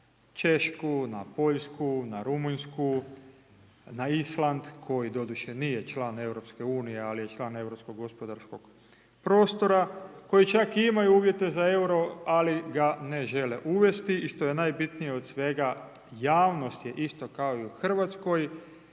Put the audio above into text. na Češku, na Poljsku, na Rumunjsku, na Island koji doduše nije član EU, ali je član Europskog gospodarskog prostora, koji čak i imaju uvjete za EUR-o, ali ga ne žele uvesti i što je najbitnije od svega, javnost je isto kao i u RH velikom